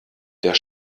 der